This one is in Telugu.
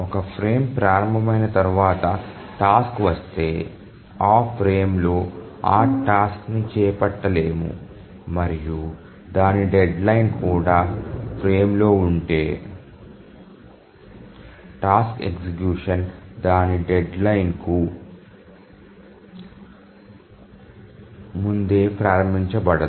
ఒక ఫ్రేమ్ ప్రారంభమైన తర్వాత టాస్క్ వస్తే ఆ ఫ్రేమ్లో ఆ టాస్క్ ని చేపట్టలేము మరియు దాని డెడ్లైన్ కూడా ఫ్రేమ్లో ఉంటే టాస్క్ ఎగ్జిక్యూషన్ దాని డెడ్లైన్కు ముందే ప్రారంభించబడదు